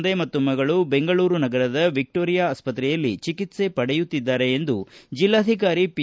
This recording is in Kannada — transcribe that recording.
ಶ್ರಸ್ತುತ ತಂದೆ ಮತ್ತು ಮಗಳು ಬೆಂಗಳೂರು ನಗರದ ವಿಕ್ಟೋರಿಯಾ ಆಸ್ಪತ್ರೆಯಲ್ಲಿ ಚಿಕಿತ್ಸೆ ಪಡೆಯುತ್ತಿದ್ದಾರೆ ಎಂದು ಜಿಲ್ಲಾಧಿಕಾರಿ ಪಿ